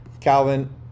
Calvin